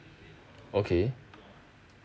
okay